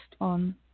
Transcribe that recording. on